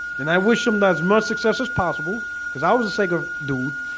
and i wish them that much success as possible because i was a sacred dude